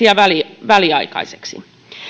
ja väliaikaiseksi